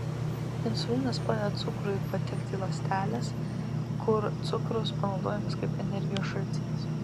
insulinas padeda cukrui patekti į ląsteles kur cukrus panaudojamas kaip energijos šaltinis